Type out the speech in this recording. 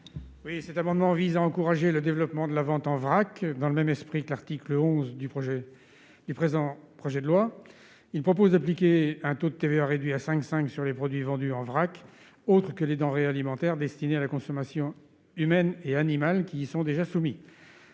Cet amendement vise à encourager le développement de la vente en vrac, dans l'esprit des dispositions de l'article 11 du présent projet de loi. Il prévoit d'appliquer un taux réduit de TVA de 5,5 % sur les produits vendus en vrac, autres que les denrées alimentaires destinées à la consommation humaine et animale, qui y sont déjà soumises.